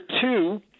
two